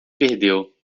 perdeu